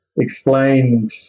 explained